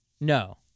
No